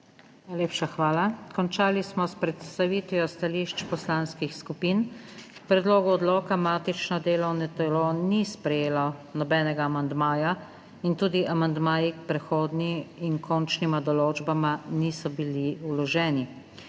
Najlepša hvala. Končali smo s predstavitvijo stališč poslanskih skupin. K predlogu odloka matično delovno telo ni sprejelo nobenega amandmaja in tudi amandmaji k prehodni in končnima določbama niso bili vloženi.